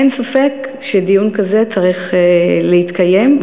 אין ספק שדיון כזה צריך להתקיים,